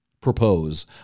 propose